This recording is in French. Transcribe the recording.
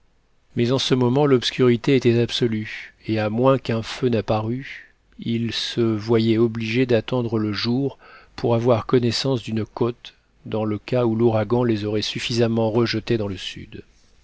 mais en ce moment l'obscurité était absolue et à moins qu'un feu n'apparût ils se voyaient obligés d'attendre le jour pour avoir connaissance d'une côte dans le cas où l'ouragan les aurait suffisamment rejetés dans le sud